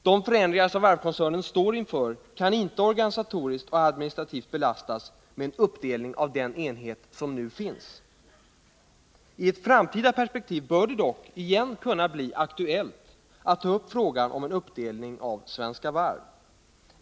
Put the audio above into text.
De förändringar som varvskoncernen står inför kan inte organisatoriskt och administrativt belastas med en uppdelning av den enhet som nu finns. I ett framtida perspektiv bör det dock igen kunna bli aktuellt att ta upp frågan om en uppdelning av Svenska Varv.